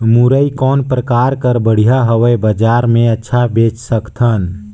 मुरई कौन प्रकार कर बढ़िया हवय? बजार मे अच्छा बेच सकन